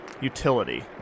Utility